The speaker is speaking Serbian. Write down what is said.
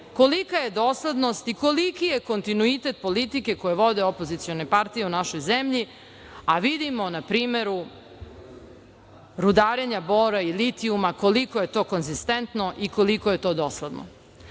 kolika je doslednost i koliki je kontinuitet politike koju vode opozicione partije u našoj zemlji, a vidimo na primeru rudarenja bora i litijuma koliko je to konzistentno i koliko je to dosledno. Sada